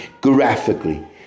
graphically